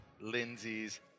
Lindsay's